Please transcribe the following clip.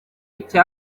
icyo